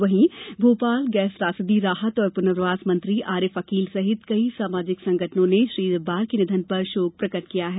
वहीं भोपाल गैस त्रासदी राहत और पुर्नवास मंत्री आरिफ अकील सहित कई सामाजिक संगठनों ने श्री जब्बार के निधन पर शोक प्रकट किया है